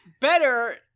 Better